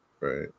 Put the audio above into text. Right